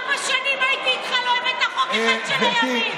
ארבע שנים הייתי איתך, לא הבאת חוק אחד של הימין.